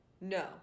No